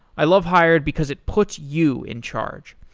i love hired because it puts you in charge.